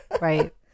Right